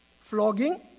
flogging